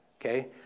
Okay